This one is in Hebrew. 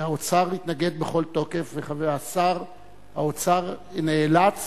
והאוצר התנגד בכל תוקף, ושר האוצר נאלץ